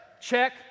Check